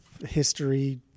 History